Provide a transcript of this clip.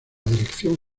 dirección